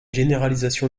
généralisation